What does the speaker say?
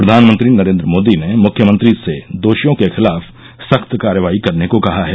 प्रधानमंत्री नरेन्द्र मोदी ने मुख्यमंत्री से दोषियों के खिलाफ सख्त कार्रवाई करने को कहा है